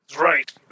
Right